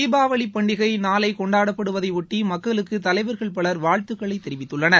தீபாவளி பண்டிகை நாளை கொண்டாடப்படுவதையொட்டி மக்களுக்கு தலைவா்கள் வாழ்த்துக்களை தெரிவித்துள்ளன்